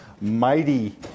Mighty